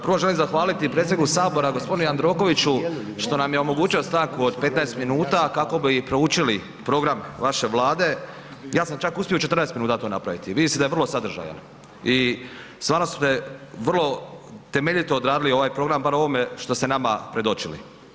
Prvo želim zahvaliti i predsjedniku sabora, g. Jandrokoviću što nam je omogućio stanku od 15 minuta kako bi proučili program vaše Vlade, ja sam čak uspio u 14 minuta to napraviti, vidi se da je vrlo sadržajan i stvarno ste vrlo temeljito odradili ovaj program barem u ovome što ste nama predočili.